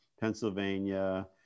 Pennsylvania